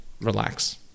relax